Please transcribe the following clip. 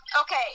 Okay